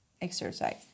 exercise